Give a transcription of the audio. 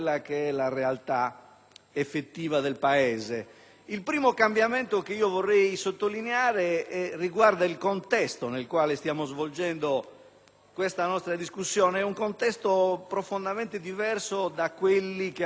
Il primo cambiamento che vorrei sottolineare riguarda il contesto nel quale stiamo svolgendo questa nostra discussione, che è profondamente diverso da quelli che abbiamo conosciuto